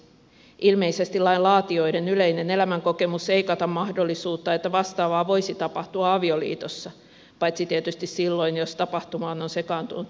ilmeisesti lain laatijoiden yleinen elämänkokemus ei kata mahdollisuutta että vastaavaa voisi tapahtua avioliitossa paitsi tietysti silloin jos tapahtumaan on sekaantunut eronnut nainen